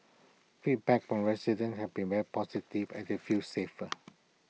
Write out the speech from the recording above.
feedback from residents have been very positive as they feel safer